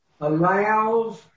allows